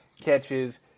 catches